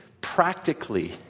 practically